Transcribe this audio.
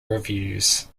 reviews